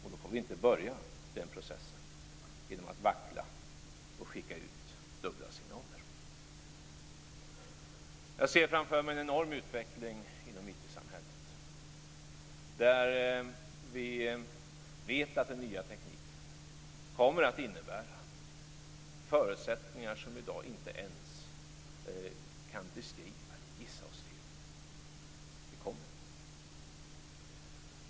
Då får vi inte börja den processen med att vackla och skicka ut dubbla signaler. Jag ser framför mig en enorm utveckling inom IT samhället. Vi vet att den nya tekniken kommer att innebära förutsättningar som vi i dag inte ens kan beskriva eller gissa oss till. Det kommer.